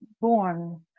born